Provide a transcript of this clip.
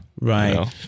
Right